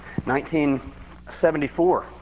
1974